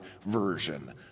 version